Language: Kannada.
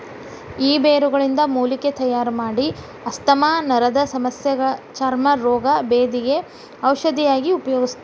ಈ ಬೇರುಗಳಿಂದ ಮೂಲಿಕೆ ತಯಾರಮಾಡಿ ಆಸ್ತಮಾ ನರದಸಮಸ್ಯಗ ಚರ್ಮ ರೋಗ, ಬೇಧಿಗ ಔಷಧಿಯಾಗಿ ಉಪಯೋಗಿಸ್ತಾರ